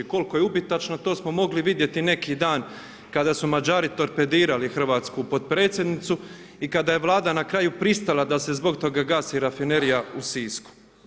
Koliko je upitano, to smo mogli vidjeti neki dan, kada su Mađari torpedirali hrvatsku potpredsjednicu i kada je Vlada na kraju pristala da se zbog toga gasi rafinerija u Sisku.